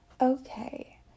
Okay